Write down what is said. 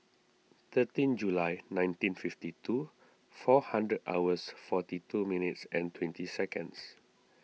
thirteen July nineteen fifty two four hundred hours forty two minutes and twenty seconds